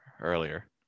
earlier